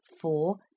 four